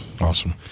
Awesome